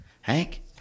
Hank